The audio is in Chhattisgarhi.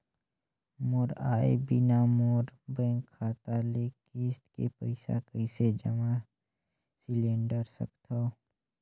मोर आय बिना मोर बैंक खाता ले किस्त के पईसा कइसे जमा सिलेंडर सकथव?